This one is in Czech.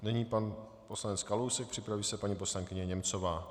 Nyní pan poslanec Kalousek, připraví se paní poslankyně Němcová.